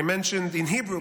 I have mentioned in Hebrew,